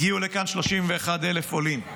הגיעו לכאן 31,000 עולים,